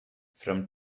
from